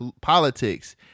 politics